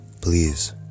Please